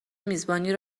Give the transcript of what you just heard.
میزبانی